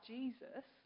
Jesus